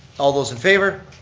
all those in favor.